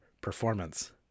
performance